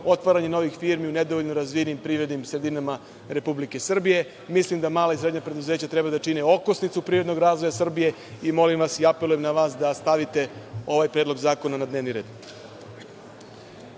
otvaranje novih firmi u nedovoljno razvijenim privrednim sredinama Republike Srbije. Mislim da mala i srednja preduzeća treba da čine okosnicu privrednog razvoja Srbije i molim vas i apelujem na vas da stavite ovaj Predlog zakona na dnevni red.